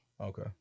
Okay